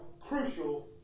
crucial